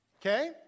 okay